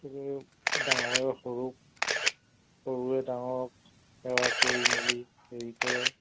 ডাঙৰে সৰুক সৰুৱে ডাঙৰক সেৱা কৰি মেলি হেৰি কৰে